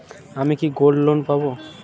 আমি কি gold loan পাবো?